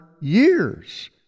years